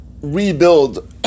rebuild